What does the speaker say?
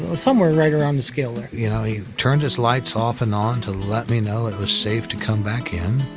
ah somewhere right around the scale there. you know, he turned his lights off and on to let me know it was safe to come back in.